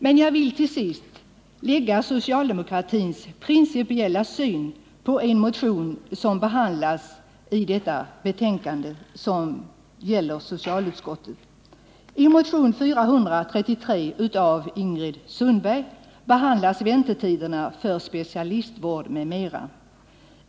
Till sist vill jag redovisa socialdemokratins principiella syn på motionen 433 av Ingrid Sundberg som behandlas i detta betänkande. I denna motion tas frågan om väntetiderna för specialistvård m.m. upp.